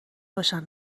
باشن